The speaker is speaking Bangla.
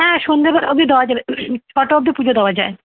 হ্যাঁ সন্ধেবেলা অবধি দেওয়া যাবে ছটা অবধি পুজো দেওয়া যায়